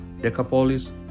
Decapolis